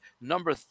number